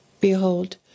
Behold